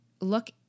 look